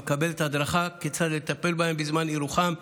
המקבלת הדרכה כיצד לטפל בהם בזמן אירוחם.